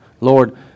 Lord